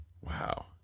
wow